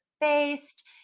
based